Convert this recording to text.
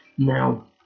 Now